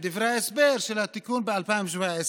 בדברי ההסבר של התיקון ב-2017,